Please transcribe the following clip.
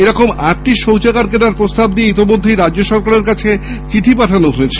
এরকম আটটি শৌচাগার কেনার প্রস্তাব দিয়ে ইতোমধ্যেই রাজ্য সরকারের কাছে চিঠি পাঠানো হয়েছে